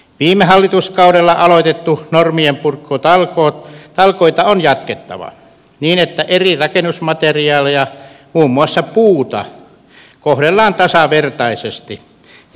viime hallituskaudella aloitettuja normienpurkutalkoita on jatkettava niin että eri rakennusmateriaaleja muun muassa puuta kohdellaan tasavertaisesti ja esimerkiksi